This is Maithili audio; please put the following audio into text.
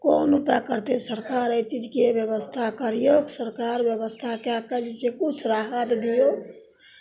कोन उपाय करतै सरकार एहि चीजके व्यवस्था करियौ सरकार व्यवस्था कए कऽ जे छै किछु राहत दियौ